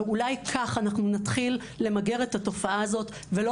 ואולי כך אנחנו נתחיל למגר את התופעה הזאת ולא